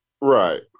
Right